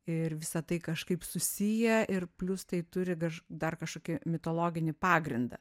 ir visa tai kažkaip susiję ir plius tai turi dar kažkokį mitologinį pagrindą